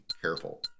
careful